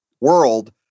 world